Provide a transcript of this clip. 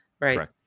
Right